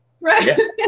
Right